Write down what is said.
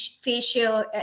facial